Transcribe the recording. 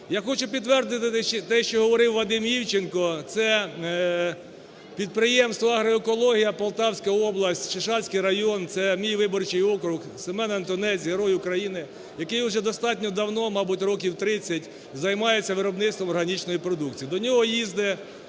Я хочу підтвердити те, що говорив Вадим Івченко, це підприємство "Агроекологія", Полтавська область, Шишацький район, це мій виборчий округ. Семен Антонець – Герой України, який вже достатньо давно, мабуть, років 30, займається виробництвом органічної продукції. До нього їздить